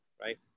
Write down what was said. right